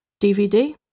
DVD